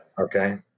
Okay